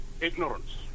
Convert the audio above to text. ignorance